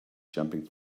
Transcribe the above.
jumping